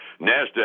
NASDAQ